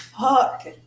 Fuck